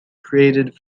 created